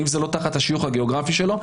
אם זה לא תחת השיוך הגיאוגרפי שלו,